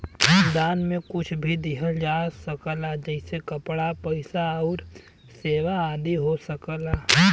दान में कुछ भी दिहल जा सकला जइसे कपड़ा, पइसा आउर सेवा आदि हो सकला